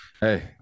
hey